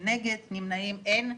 2 נגד, אין נמנעים, אין תודה.